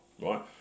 right